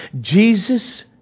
Jesus